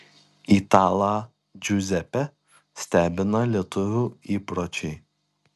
italą džiuzepę stebina lietuvių įpročiai